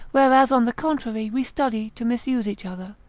whereas on the contrary, we study to misuse each other,